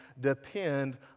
depend